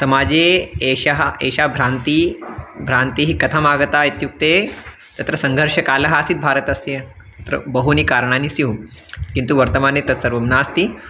समाजे एषा एषा भ्रान्तिः भ्रान्तिः कथमागता इत्युक्ते तत्र सङ्घर्षकालः आसीत् भारतस्य अत्र बहूनि कारणानि स्युः किन्तु वर्तमाने तत्सर्वं नास्ति